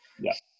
Yes